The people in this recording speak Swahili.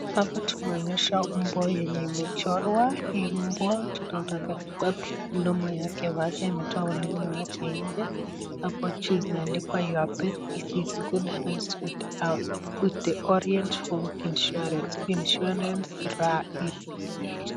Hapa tunaonyeshwa umbwa yenye imechorwa mdomo yake wazi ametowa ulimi inche, hapa juu imeandikwa your pet is in good hands with the orient home insurance insurance ray-easy .